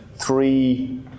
three